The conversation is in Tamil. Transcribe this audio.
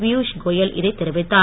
பியூஷ் கோயல் இதைத் தெரிவித்தார்